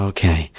Okay